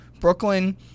Brooklyn